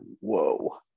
whoa